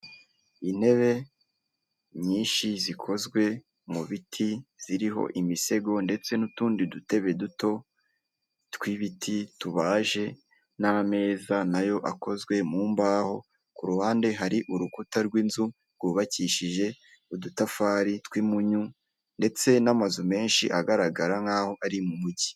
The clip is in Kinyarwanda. Intebe nyinshi zikozwe mu biti ziriho imisego ndetse n'utundi dutebe duto tw'ibiti tubaje n'ameza nayo akozwe mu mbaho, ku ruhande hari urukuta rw'inzu rwubakishije udutafari tw'impunyu ndetse n'amazu menshi agaragara nkaho ari mu mujyi.